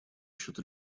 счет